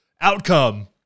outcome